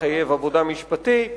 מחייב עבודה משפטית.